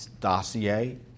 dossier